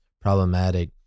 problematic